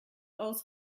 aus